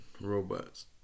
robots